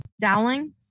Dowling